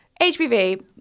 HPV